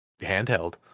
handheld